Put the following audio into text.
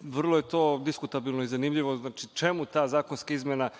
Vrlo je to diskutabilno i zanimljivo. Znači, čemu ta zakonska izmena.